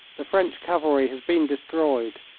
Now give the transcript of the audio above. the french cavalry has been destroyed,